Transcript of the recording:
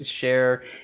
share